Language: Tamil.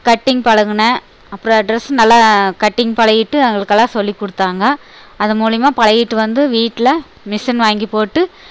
கட்டிங் பழகினேன் அப்புறோம் ட்ரெஸ் நல்லா கட்டிங் பழகிட்டு எங்களுக்கெல்லாம் சொல்லிக் கொடுத்தாங்க அது மூலியமாக பழகிவிட்டு வந்து வீட்டில் மிஷின் வாங்கி போட்டு